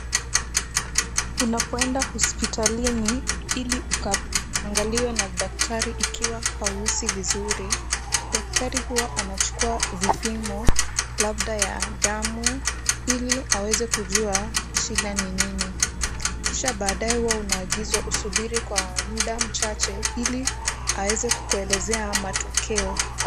Unapoenda hospitalini ili ukaangaliwe na daktari ikiwa hauhisi vizuri, daktari huwa anachukuwa vipimo labda ya damu ili aweze kujua shida ni nini kisha baadaye huwa unaagizwa usubiri kwa muda mchache ili aweze kukuelezea matokeo.